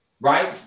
right